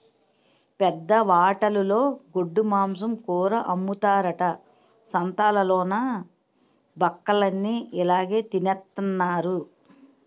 పెద్ద హోటలులో గొడ్డుమాంసం కూర అమ్ముతారట సంతాలలోన బక్కలన్ని ఇలాగె తినెత్తన్నారు